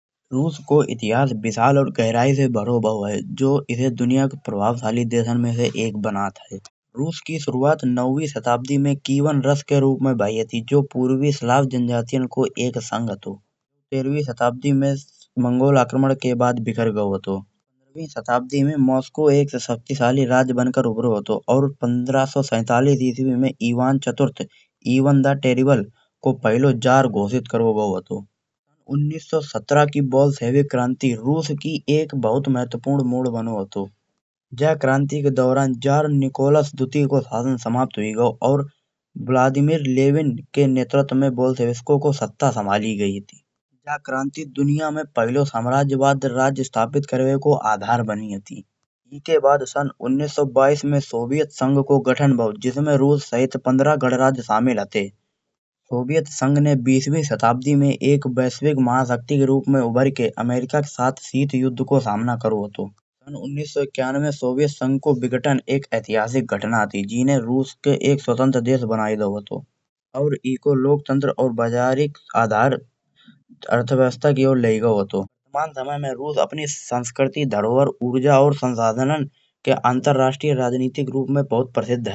रूस को इतिहास विशाल और गहराई से भऱो भाव है. जो इसे दुनिया के प्रभावशाली देशों में से एक बनात है। रूस की शुरुवात नवीं शताब्दी में कीवन रूस के रूप में भई हती। जो पूर्वी जनजातियाँ को एक संग हतो. तेरवी शताब्दी में मंगोल आक्रमण के बाद बिखर गओ हतो। शताब्दी में मस्को एक शक्तिशाली राज्य बनकर उभरो. और पंद्रा सौ सैंतालीस इस्वी में ईवान चतुर्थ 'इवन द टैरेबल' को पहलो जार घोषित करो गओ हतो। उन्निस सौ सत्रह की सेविक क्रांति रूस की एक बहुत महत्वपूर्ण मोड़ बानो हतो। जा क्रांति के दौरान जार निकोलस द्वितीय को शासन समाप्त होये गओ और ब्रडमिन लेविन के नत्रत्व में बॉल चेविसको को सत्ता संभाली गई हती। जा क्रांति दुनिया में पहलो साम्राज्यवादी राज्य स्थापित करवें को आधार बानी हती। ईके बाद सन उन्निस सौ बाईस में शोवियत संघ को गठन भाओ जिसमें रूस सहित पंद्रह गणराज्य शामिल हते। शोवियत संघ ने बीसवीं शताब्दी में एक वैश्विक महाशक्ति के रूप में उभर के अमेरिका के साथ शीत युद्ध को सामना करो हतो। सन उन्निस सौ इक्यानवे शोवियत संघ को विघटन एक ऐतिहासिक घटना हती। जेने रूस के एक स्वतंत्र देश बनाये दाओ हतो और ईको लोकतांत्रिक बाज़ारिक आधार अर्थव्यवस्था की ओर लए गओ हतो। बा समय में रूस अपनी सांस्कृतिक धरोहर, ऊर्जा और संसाधनों के अंतरराष्ट्रीय राजनैतिक रूप में बहुत प्रसिद्ध है।